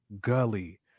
gully